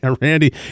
Randy